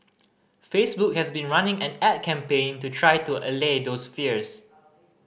Facebook has been running an ad campaign to try to allay those fears